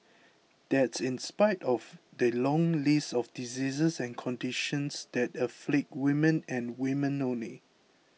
that's in spite of the long list of diseases and conditions that afflict women and women only